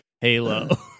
Halo